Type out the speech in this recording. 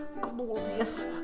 Glorious